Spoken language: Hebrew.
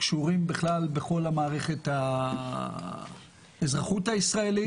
וקשורים בכלל בכל מערכת האזרחות הישראלית.